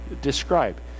describe